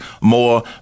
more